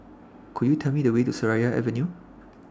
Could YOU Tell Me The Way to Seraya Avenue